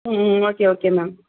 ம் okay okay ma'am